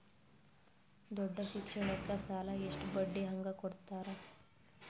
ದೊಡ್ಡ ಶಿಕ್ಷಣಕ್ಕ ಸಾಲ ಎಷ್ಟ ಬಡ್ಡಿ ಹಂಗ ಕೊಡ್ತಾರ?